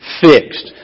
fixed